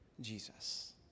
Jesus